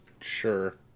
Sure